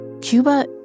Cuba